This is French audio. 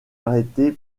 arrêtées